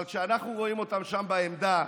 אבל כשאנחנו רואים אותם שם, בעמדה,